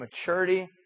maturity